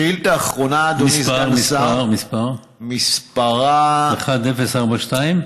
שאילתה אחרונה, מספרה, 1042?